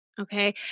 okay